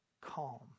calm